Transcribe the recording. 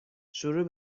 شروع